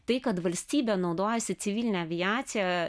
tai kad valstybė naudojasi civiline aviacija